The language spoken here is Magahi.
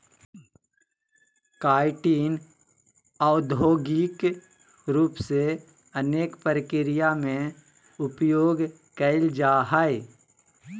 काइटिन औद्योगिक रूप से अनेक प्रक्रिया में उपयोग कइल जाय हइ